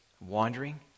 Wandering